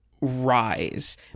rise